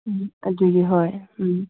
ꯎꯝ ꯑꯗꯨꯒꯤ ꯍꯣꯏ ꯎꯝ